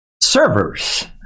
servers